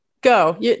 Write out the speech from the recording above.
Go